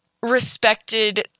respected